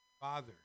father